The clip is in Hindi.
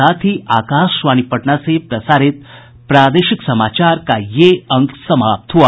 इसके साथ ही आकाशवाणी पटना से प्रसारित प्रादेशिक समाचार का ये अंक समाप्त हुआ